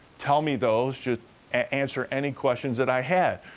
tell me those, just answer any questions that i had.